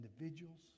individuals